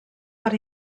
per